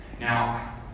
Now